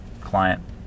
client